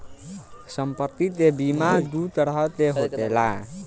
सम्पति के बीमा दू तरह के होखेला